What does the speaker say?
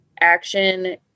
action